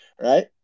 right